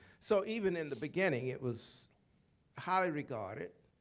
so even in the beginning it was highly regarded.